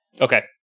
Okay